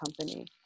company